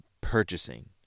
purchasing